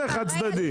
זה חד צדדי.